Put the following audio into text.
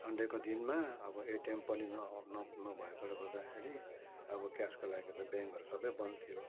सन्डेको दिनमा अब एटिएम पनि न न नभएकोले गर्दाखेरि अब क्यासको लागि त ब्याङ्कहरू सबै बन्द थियो